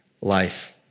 life